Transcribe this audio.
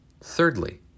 Thirdly